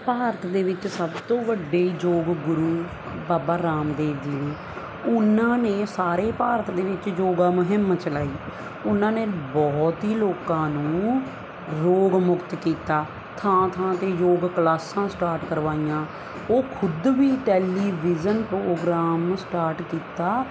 ਭਾਰਤ ਦੇ ਵਿੱਚ ਸਭ ਤੋਂ ਵੱਡੇ ਯੋਗ ਗੁਰੂ ਬਾਬਾ ਰਾਮਦੇਵ ਜੀ ਉਹਨਾਂ ਨੇ ਸਾਰੇ ਭਾਰਤ ਦੇ ਵਿੱਚ ਯੋਗਾ ਮੁਹਿੰਮ ਚਲਾਈ ਉਹਨਾਂ ਨੇ ਬਹੁਤ ਹੀ ਲੋਕਾਂ ਨੂੰ ਰੋਗਮੁਕਤ ਕੀਤਾ ਥਾਂ ਥਾਂ 'ਤੇ ਯੋਗ ਕਲਾਸਾਂ ਸਟਾਰਟ ਕਰਵਾਈਆਂ ਉਹ ਖੁਦ ਵੀ ਟੈਲੀਵਿਜ਼ਨ ਤੋਂ ਪ੍ਰੋਗਰਾਮ ਨੂੰ ਸਟਾਰਟ ਕੀਤਾ